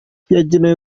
yagenewe